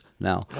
now